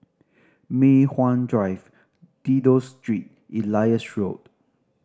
Mei Hwan Drive Dido Street Elias Road